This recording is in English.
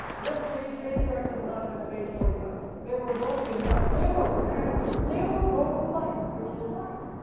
let's read patriarchs and prophets page forty five they were robed in white, literally they had a literal robe of light which was white.